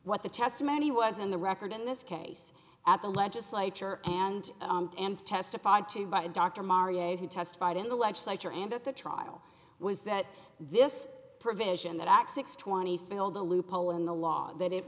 what the testimony was in the record in this case at the legislature and testified to by a doctor who testified in the legislature and at the trial was that this provision that acts six twenty three hold a loophole in the law that it